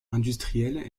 industrielles